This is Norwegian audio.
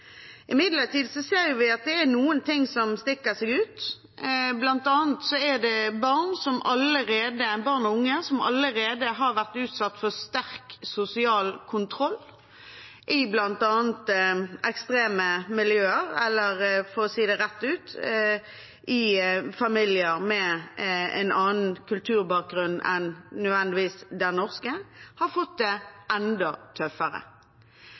vi at det er noen ting som stikker seg ut. Blant annet har barn og unge som allerede har vært utsatt for sterk sosial kontroll i ekstreme miljøer – eller for å si det rett ut: i familier med en annen kulturbakgrunn enn nødvendigvis den norske – fått det enda tøffere.